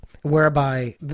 Whereby